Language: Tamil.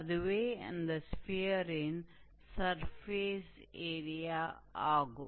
அதுவே இந்த ஸ்பியரின் சர்ஃபேஸ் ஏரியாவாகும்